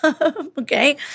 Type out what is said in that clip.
okay